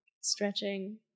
stretching